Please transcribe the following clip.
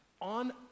On